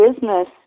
business